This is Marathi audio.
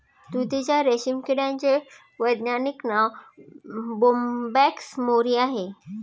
तुतीच्या रेशीम किड्याचे वैज्ञानिक नाव बोंबॅक्स मोरी आहे